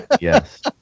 Yes